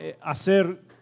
hacer